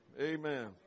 Amen